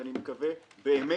ואני מקווה באמת